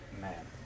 Man